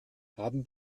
haben